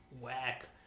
whack